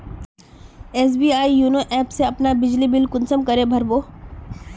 SBI YONO app से अपना बिजली बिल कुंसम करे भर बो?